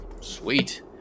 Sweet